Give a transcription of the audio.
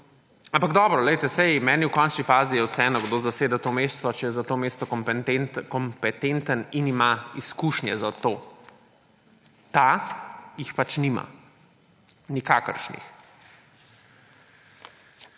Ampak dobro, glejte, meni je v kočni fazi vseeno, kdo zaseda to mesto, če je za to mesto kompetenten in ima izkušnje za to. Ta jih pač nima. Nikakršnih.